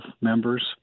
members